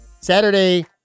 Saturday